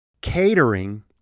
catering